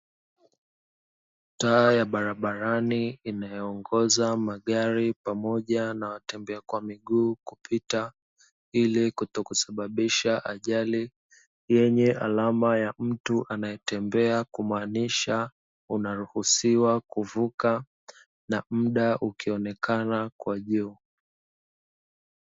Taa ya barabarani inayoongoza magari pamoja na watembea kwa miguu kupita ili kutokusababisha ajali. Yenye alama ya mtu anayetembea kumaanisha unaruhusiwa kuvuka na muda ukionekana kwa juu.